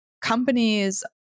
companies